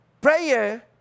prayer